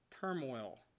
turmoil